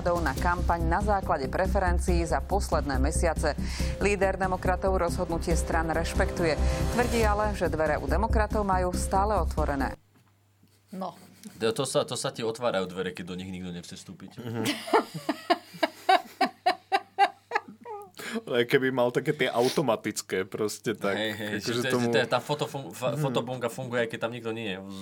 na kampaň na základe preferencií za posledné mesiace. Líder demokratov rozhodnutie strán rešpektuje. Tvrdí ale, že dvere u demokratov majú stále otvorené. No. To sa- to sa ti otvárajú dvere, keď do nich nikto nechce vstúpiť. Mhm. Ale keby mal také tie automatické, proste tak, Hej, hej, že akože to je- tomu- to je tá fotofu- fa- Mhm. fotobunga funguje, aj keď tam nikto nie je.